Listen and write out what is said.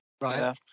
Right